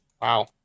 Wow